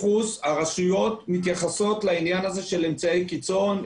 הרשויות מתייחסות לעניין הזה של אמצעי קיצון,